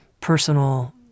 personal